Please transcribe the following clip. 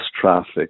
traffic